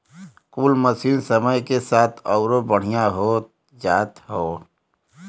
कुल मसीन समय के साथ अउरो बढ़िया होत जात हौ